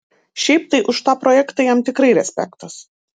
šiaip tai už tą projektą jam tikrai respektas